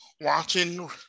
watching